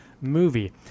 movie